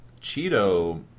Cheeto